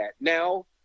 Now –